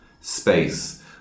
space